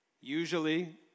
usually